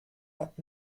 hat